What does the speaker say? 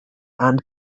and